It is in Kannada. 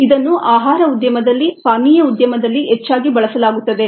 ಇದನ್ನು ಆಹಾರ ಉದ್ಯಮದಲ್ಲಿ ಪಾನೀಯ ಉದ್ಯಮದಲ್ಲಿ ಹೆಚ್ಚಾಗಿ ಬಳಸಲಾಗುತ್ತದೆ